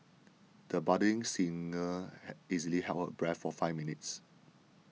the budding singer easily held her breath for five minutes